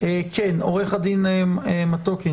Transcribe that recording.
עו"ד מתוק.